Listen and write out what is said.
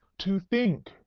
to think,